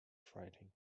fighting